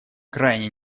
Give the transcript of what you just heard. крайне